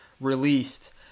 released